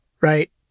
right